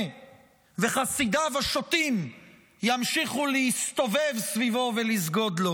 וחסידיו השוטים ימשיכו להסתובב סביבו ולסגוד לו.